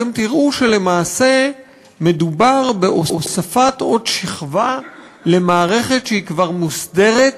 אתם תראו שלמעשה מדובר בהוספת עוד שכבה למערכת שהיא כבר מוסדרת,